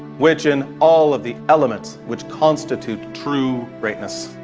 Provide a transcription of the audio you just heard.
which, in all of the elements which constitute true greatness.